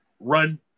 Run